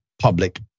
public